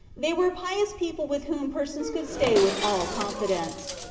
they were pious people with whom persons could stay with all. confidence.